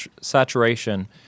saturation